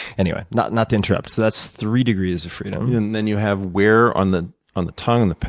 anyway, not not to interrupt. so that's three degrees of freedom. and then you have where on the on the tongue,